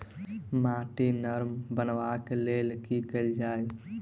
माटि नरम करबाक लेल की केल जाय?